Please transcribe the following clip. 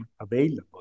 available